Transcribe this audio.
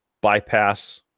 bypass